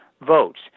votes